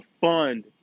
fund